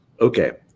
okay